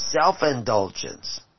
self-indulgence